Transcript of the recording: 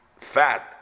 fat